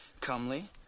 comely